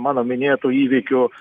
mano minėtų įvykių